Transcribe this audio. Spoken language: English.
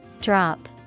Drop